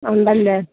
ഉണ്ടല്ലേ